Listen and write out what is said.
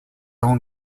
own